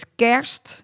kerst